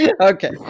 Okay